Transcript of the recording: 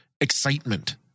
excitement